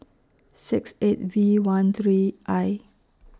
six eight V one three I